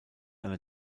eine